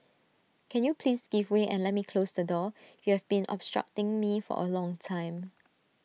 can you please give way and let me close the door you have been obstructing me for A long time